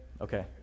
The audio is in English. Okay